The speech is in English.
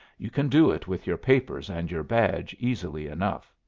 you can do it with your papers and your badge easily enough.